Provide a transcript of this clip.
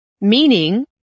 Meaning